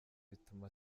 bituma